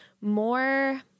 more